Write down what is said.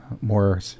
more